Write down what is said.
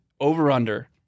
over-under